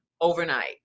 overnight